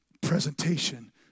Presentation